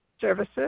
services